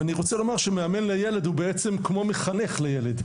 ואני רוצה לומר שמאמן לילד הוא בעצם כמו מחנך לילד.